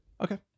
Okay